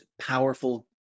powerful